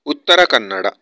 Uttara Kannada